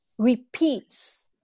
repeats